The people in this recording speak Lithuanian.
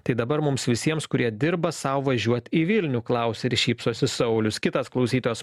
tai dabar mums visiems kurie dirba sau važiuoti į vilnių klausė šypsosi saulius kitas klausytojas